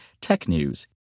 TECHNEWS